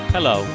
Hello